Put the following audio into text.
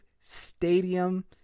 stadium